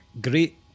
great